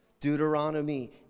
Deuteronomy